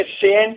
sin